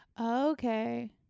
Okay